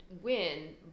win